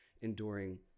enduring